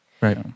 Right